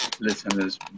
listeners